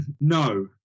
no